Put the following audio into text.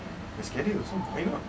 mm